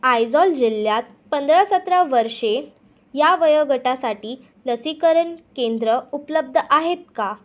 आयझॉल जिल्ह्यात पंधरा सतरा वर्षे या वयोगटासाठी लसीकरण केंद्र उपलब्ध आहेत का